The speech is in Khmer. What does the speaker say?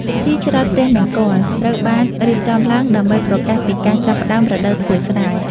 ពិធីច្រត់ព្រះនង្គ័ល ត្រូវបានរៀបចំឡើងដើម្បីប្រកាសពីការចាប់ផ្តើមរដូវធ្វើស្រែ។